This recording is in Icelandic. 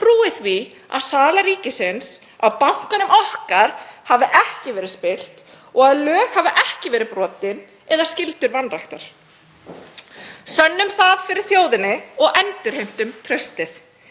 trúi því að sala ríkisins á bankanum okkar hafi ekki verið spillt og að lög hafi ekki verið brotin eða skyldur vanræktar. Sönnum það fyrir þjóðinni og endurheimtum traustið,